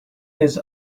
his